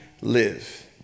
live